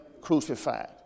crucified